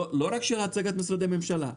לא רק בהצגת משרדי הממשלה.